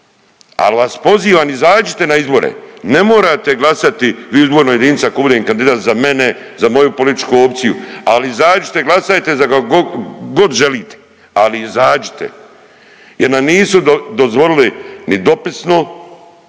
Ali vas pozivam izađite na izbore. Ne morate glasati u izbornoj jedinici ako budem kandidat za mene, za moju političku opciju ali izađite, glasajte za koga god želite, ali izađite jer nam nisu dozvolili ni dopisno.